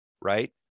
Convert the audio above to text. right